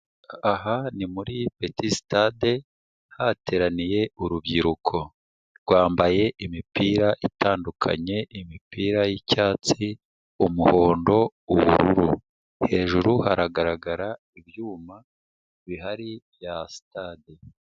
Aha ni muri peti sitade hateraniye urubyiruko rwambaye imipira itandukanye imipira y'icyatsi, umuhondo, ubururu. Hejuru haragaragara ibyuma bihari bya sitade.